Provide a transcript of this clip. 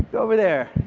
over there.